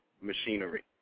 machinery